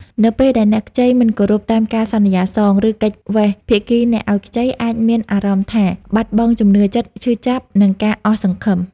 នៅពេលដែលអ្នកខ្ចីមិនគោរពតាមការសន្យាសង ឬគេចវេះ ភាគីអ្នកឲ្យខ្ចីអាចមានអារម្មណ៍ថា បាត់បង់ជំនឿចិត្ត ឈឺចាប់ និងការអស់សង្ឃឹម។